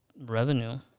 revenue